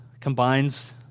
combines